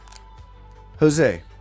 Jose